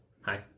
Hi